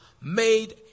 made